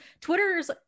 Twitter's